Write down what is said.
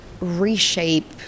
reshape